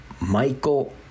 Michael